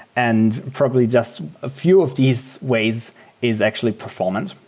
and probably just a few of these ways is actually performant.